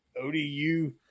ODU